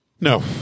No